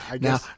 now